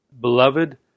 Beloved